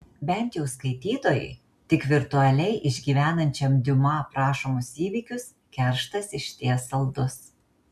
bent jau skaitytojui tik virtualiai išgyvenančiam diuma aprašomus įvykius kerštas išties saldus